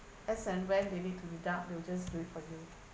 as and when they need to deduct they'll just do for you